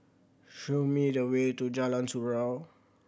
show me the way to Jalan Surau